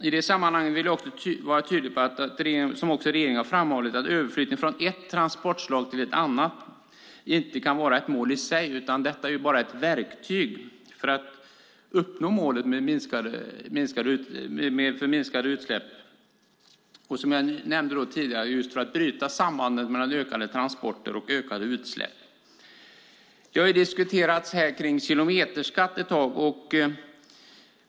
I detta sammanhang vill jag också vara tydlig med att, som regeringen också har framhållit, överflyttning från ett transportslag till ett annat inte kan vara ett mål i sig utan att detta bara är ett verktyg för att uppnå målet om minskade utsläpp, som jag nämnde tidigare just för att bryta sambandet mellan ökade transporter och ökade utsläpp. Kilometerskatten har diskuterats.